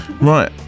right